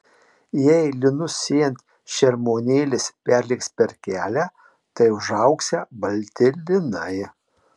jei linus sėjant šermuonėlis perlėks per kelią tai užaugsią balti linai